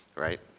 right?